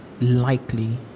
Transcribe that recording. likely